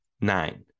nine